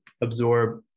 absorb